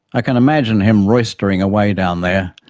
i can imagine him roistering away down there,